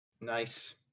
Nice